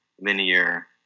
linear